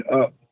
up